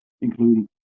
including